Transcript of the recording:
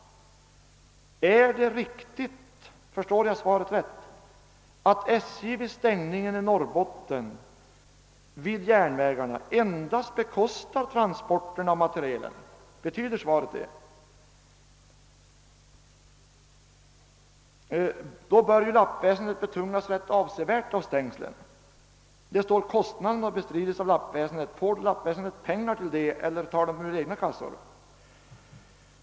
Är det riktigt att SJ vid stängningen längs järnvägarna i Norrbotten endast bekostar transporterna av materielen? Betyder svaret det? Då bör lappväsendet betungas rätt avsevärt av stängslen. Kommunikationsministern säger att kostnaderna bestrides av lappväsendet. Får det pengar till detta eller tar det dem ur egna kassor?